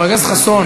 חבר הכנסת חסון,